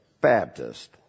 Baptist